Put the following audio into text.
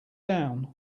down